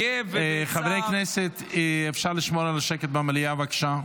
חברי הכנסת, אפשר לשמור על השקט במליאה, בבקשה?